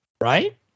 Right